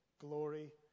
glory